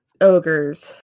ogres